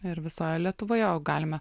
ir visoje lietuvoje jau galime